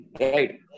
Right